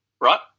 right